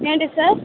ఏంటి సార్